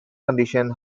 condition